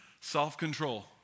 Self-control